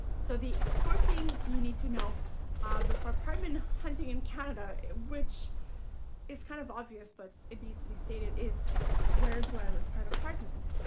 so, the fourth thing you need to know before partment hunting in canada, which is kind of obvious, but it needs to be stated, is where do i look for an apartment.